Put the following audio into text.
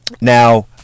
now